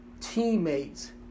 teammates